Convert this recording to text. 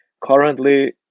currently